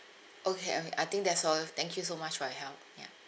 okay um I think that's all thank you so much for your help ya